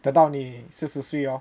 等都你四十岁 lor